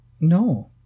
no